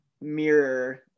mirror